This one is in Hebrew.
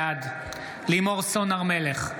בעד לימור סון הר מלך,